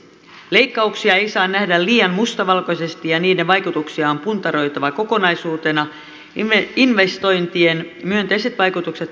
leikkauksia ei saa nähdä liian mustavalkoisesti ja niiden vaikutuksia on puntaroitava kokonaisuutena investointien myönteiset vaikutukset huomioon ottaen